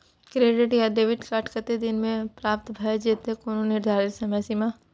Credit या debit card कत्ते दिन म प्राप्त भ जेतै, कोनो निर्धारित समय सीमा?